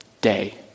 day